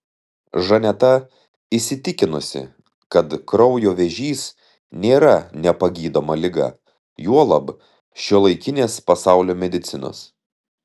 žaneta įsitikinusi kad kraujo vėžys nėra nepagydoma liga juolab šiuolaikinės pasaulio medicinos